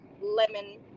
lemon